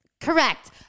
Correct